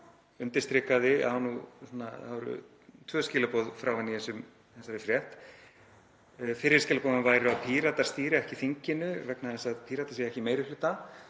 menntamálanefndar. Það voru tvenn skilaboð frá henni í þessari frétt. Fyrri skilaboðin voru að Píratar stýri ekki þinginu vegna þess að Píratar séu ekki í meiri hluta.